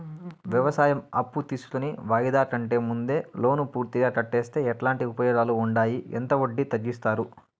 వ్యవసాయం అప్పు తీసుకొని వాయిదా కంటే ముందే లోను పూర్తిగా కట్టేస్తే ఎట్లాంటి ఉపయోగాలు ఉండాయి? ఎంత వడ్డీ తగ్గిస్తారు?